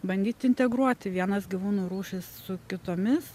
bandyt integruoti vienas gyvūnų rūšis su kitomis